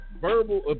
verbal